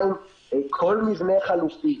כל מבנה חלופי,